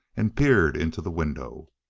and peered into the window.